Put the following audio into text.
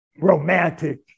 romantic